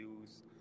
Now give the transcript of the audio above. use